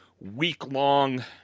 week-long